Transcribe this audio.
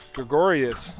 Gregorius